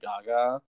gaga